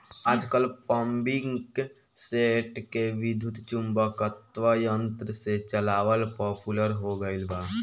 आजकल पम्पींगसेट के विद्युत्चुम्बकत्व यंत्र से चलावल पॉपुलर हो गईल बा